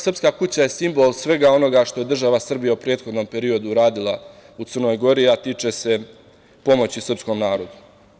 Srpska kuća je simbol svega onoga što je država Srbija u prethodnom periodu radila u Crnoj Gori, a tiče se pomoći srpskom narodu.